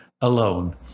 alone